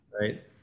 right